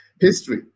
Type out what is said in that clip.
history